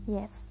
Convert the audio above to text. Yes